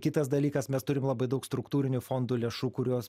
kitas dalykas mes turim labai daug struktūrinių fondų lėšų kuriuos